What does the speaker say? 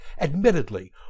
Admittedly